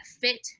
fit